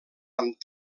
amb